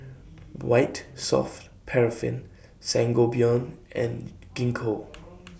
White Soft Paraffin Sangobion and Gingko